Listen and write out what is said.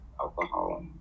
alcohol